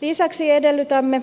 lisäksi edellytämme